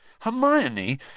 Hermione